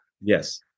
Yes